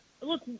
look